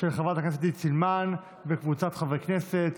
של חברת הכנסת עידית סילמן וקבוצת חברי הכנסת.